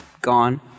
gone